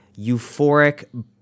euphoric